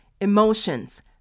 emotions